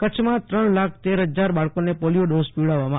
કચ્છમાં ત્રણ લાખ તેર હજાર બાળકોને પોલિયોને ડોઝ પીવડાવાશે